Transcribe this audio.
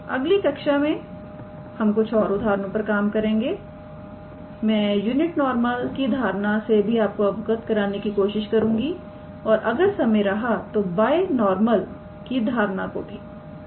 अगली कक्षा में हम कुछ उदाहरण पर काम करेंगे मैं यूनिट नॉर्मलकी धारणा को आप से अवगत कराने की कोशिश करूंगीऔर अगर समय रहा तो बायनॉर्मल की धारणा को भी